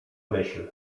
myśl